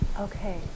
Okay